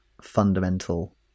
fundamental